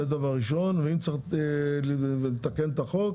אם צריך לתקן את החוק,